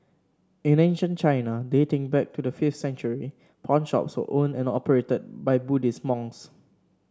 in ancient China dating back to the fifth century pawnshops were owned and operated by Buddhist monks